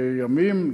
זה ימים,